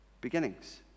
Beginnings